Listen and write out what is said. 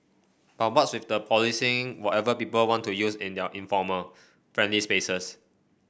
but what's with the policing whatever people want to use in their informal friendly spaces